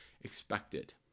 expected